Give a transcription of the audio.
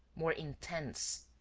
more intense.